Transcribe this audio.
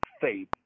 faith